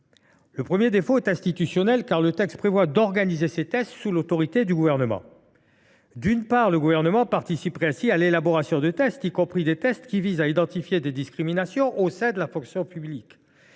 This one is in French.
Le premier défaut est institutionnel, car il est prévu que ces tests soient organisés sous l’autorité du Gouvernement. D’une part, le Gouvernement participerait ainsi à l’élaboration des tests, y compris des tests qui visent à identifier des discriminations au sein de la fonction publique.